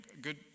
good